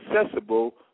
accessible